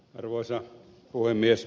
arvoisa puhemies